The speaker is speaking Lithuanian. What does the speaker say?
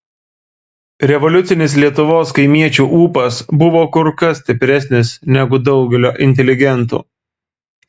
revoliucinis lietuvos kaimiečių ūpas buvo kur kas stipresnis negu daugelio inteligentų